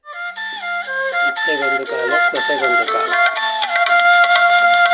ಅತ್ತೆಗೊಂದು ಕಾಲ ಸೊಸೆಗೊಂದು ಕಾಲ